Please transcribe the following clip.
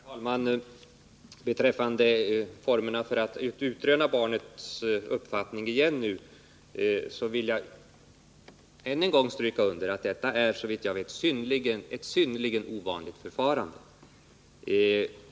Herr talman! Beträffande formerna för att utröna barnets mening vill jag än en gång stryka under att det här, såvitt jag vet, rör sig om ett synnerligen ovanligt förfarande.